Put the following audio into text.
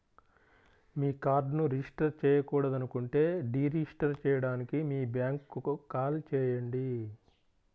మీ కార్డ్ను రిజిస్టర్ చేయకూడదనుకుంటే deregister చేయడానికి మీ బ్యాంక్కు కాల్ చేయండి